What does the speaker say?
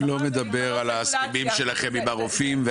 אני לא מדבר על ההסכמים שלכם עם הרופאים.